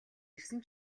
ирсэн